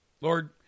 Lord